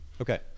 okay